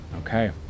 Okay